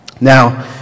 Now